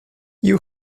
you